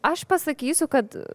aš pasakysiu kad